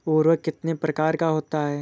उर्वरक कितने प्रकार का होता है?